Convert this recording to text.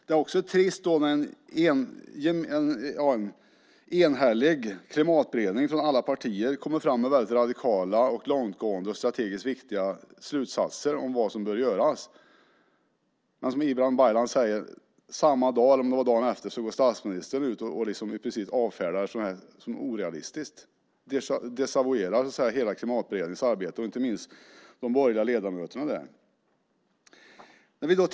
Det är också trist att när en enig klimatberedning med representanter från alla partier kommer fram med väldigt radikala, långtgående och strategiskt viktiga slutsatser om vad som bör göras går statsministern samma dag eller dagen efter ut och avfärdar detta som orealistiskt. Han desavouerar hela Klimatberedningens arbete, och inte minst de borgerliga ledamöterna där.